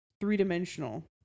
three-dimensional